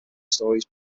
stories